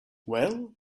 well